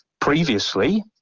Previously